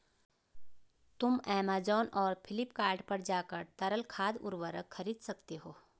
तुम ऐमेज़ॉन और फ्लिपकार्ट पर जाकर तरल खाद उर्वरक खरीद सकते हो